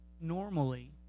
normally